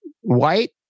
white